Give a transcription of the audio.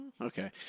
Okay